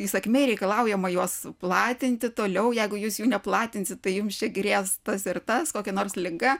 įsakmiai reikalaujama juos platinti toliau jeigu jūs jų neplatinsit tai jums čia grės tas ir tas kokia nors liga